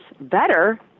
better